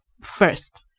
first